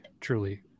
truly